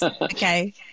Okay